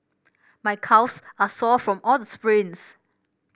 my calves are sore from all the sprints